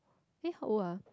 eh how old ah